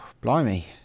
Blimey